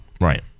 Right